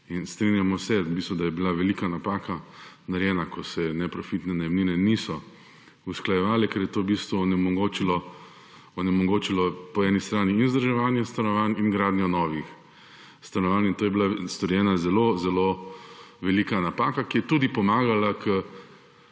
Strinjamo se, da je bila velika napaka narejena, ko se neprofitne najemnine niso usklajevale, ker je to onemogočilo in vzdrževanje stanovanj in gradnjo novih stanovanj. Tu je bila storjena zelo zelo velika napaka, ki je tudi pomagala